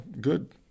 good